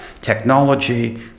technology